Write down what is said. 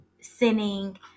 sinning